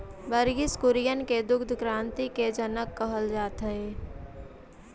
वर्गिस कुरियन के दुग्ध क्रान्ति के जनक कहल जात हई